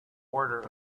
order